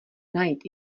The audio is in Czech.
najít